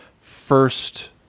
first